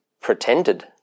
pretended